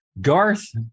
Garth